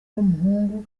w’umuhungu